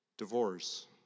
Divorce